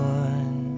one